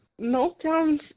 Meltdowns